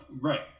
right